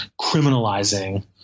criminalizing